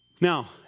Now